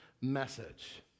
message